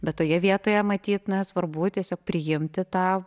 bet toje vietoje matyt na svarbu tiesiog priimti tą